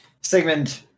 Sigmund